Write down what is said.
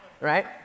Right